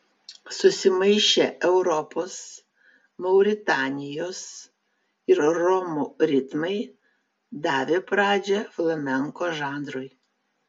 susimaišę europos mauritanijos ir romų ritmai davė pradžią flamenko žanrui